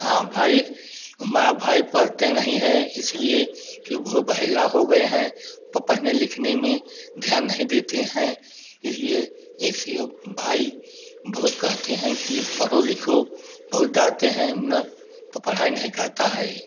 हाँ भाई हमारा भाई पढ़ते नहीं हैं इसीलिए कि कि वो बहेला हो गए हैं वो पढ़ने लिखने में ध्यान नहीं देते हैं इसलिए ऐसे हो भाई बहुत कहते हैं कि पढ़ो लिखो बहुत डांटते हैं ना पढ़ाई नहीं करता है